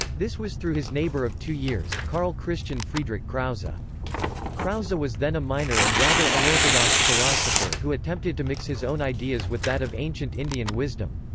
this was through his neighbor of two years, karl christian friedrich krause. ah krause was then a minor and rather unorthodox philosopher who attempted to mix his own ideas with that of ancient indian wisdom.